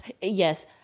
Yes